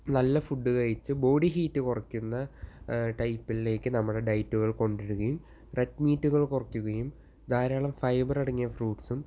നല്ല ഫുഡ് കഴിച്ച് body heat കുറയ്ക്കുന്ന ടൈപ്പിലേക്ക് നമ്മുടെ ഡയറ്റുകൾ കൊണ്ടുവരികയും റെഡ് മീറ്റുകൾ കുറയ്കുകയും ധാരാളം ഫൈബർ അടങ്ങിയ ഫ്രൂട്ട്സും